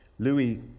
Louis